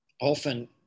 often